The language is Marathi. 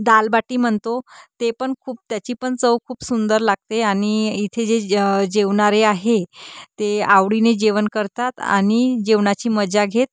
दाल बाटी म्हणतो ते पण खूप त्याची पण चव खूप सुंदर लागते आणि इथे जे जेवणारे आहे ते आवडीने जेवण करतात आणि जेवणाची मजा घेत